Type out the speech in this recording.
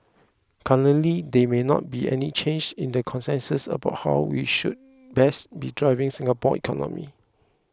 currently there may not be any change in the consensus about how we should best be driving Singapore's economy